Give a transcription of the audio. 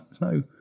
no